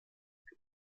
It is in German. geb